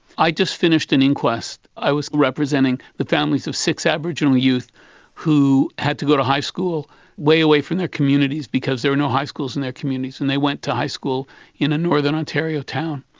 i just finished an inquest, i was representing the families of six aboriginal youth who had to go to high school way away from their communities because there were no high schools in their communities, and they went to high school in a northern ontario town.